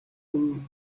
хүн